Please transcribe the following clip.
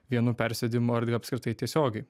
vienu persėdimu apskritai tiesiogiai